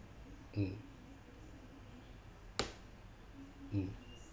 mm mm